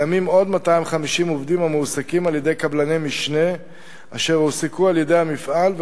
יש עוד 250 עובדים המועסקים על-ידי קבלני משנה אשר הועסקו במפעל,